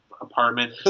apartment